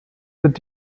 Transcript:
wird